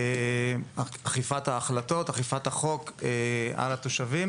אכיפת ההחלטות, אכיפת החוק על התושבים.